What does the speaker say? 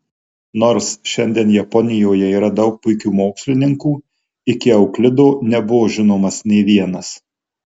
nors šiandien japonijoje yra daug puikių mokslininkų iki euklido nebuvo žinomas nė vienas